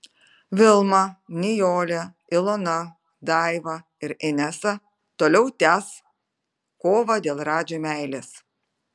vilma nijolė ilona daiva ir inesa toliau tęs kovą dėl radži meilės